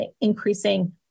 increasing